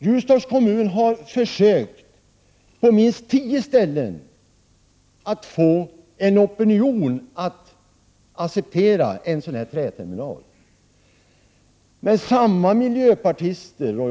Ljusdals kommun har försökt få en opinion att acceptera en sådan träterminal på minst tio platser.